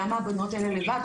למה הבנות האלה לבד,